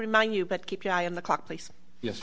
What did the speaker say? remind you but keep your eye on the clock place yes